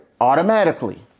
automatically